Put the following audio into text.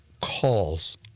calls